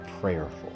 prayerful